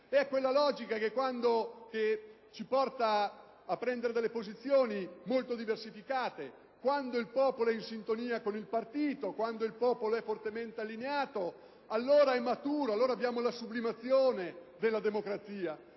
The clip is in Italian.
È quella logica che ci porta a prendere delle posizioni molto diversificate: quando il popolo è in sintonia con il partito, quando è fortemente allineato, allora è maturo e abbiamo la sublimazione della democrazia;